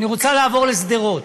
אני רוצה לעבור לשדרות,